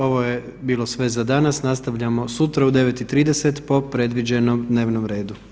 Ovo je bilo sve za danas nastavljamo sutra u 9 i 30 po predviđenom dnevnom redu.